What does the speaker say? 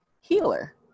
healer